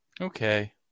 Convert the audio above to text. Okay